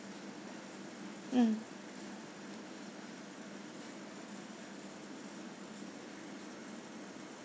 mm